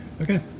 Okay